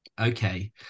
Okay